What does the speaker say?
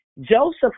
Joseph